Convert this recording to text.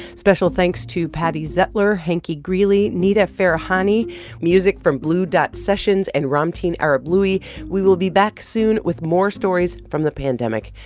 special thanks to patti zettler, hanky greely, nita farahany. music from blue dot sessions and ramtin arablouei. we will be back soon with more stories from the pandemic.